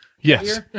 Yes